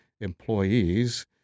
employees